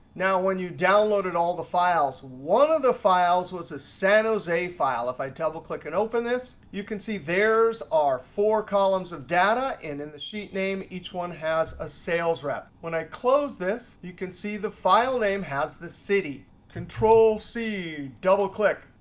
now when you downloaded all the files, one of the files was a san jose file. if i double-click and open this, you can see there's our four columns of data. in in the sheet name, each one has a sales rep. when i close this, you can see the file name has the city. control c, double-click.